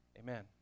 Amen